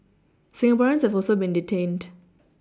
Singaporeans have also been detained